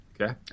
Okay